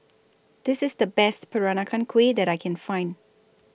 This IS The Best Peranakan Kueh that I Can Find